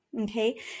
okay